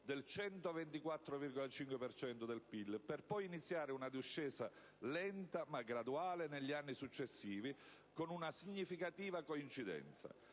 per cento del PIL, per poi iniziare una discesa lenta ma graduale negli anni successivi, con una significativa coincidenza: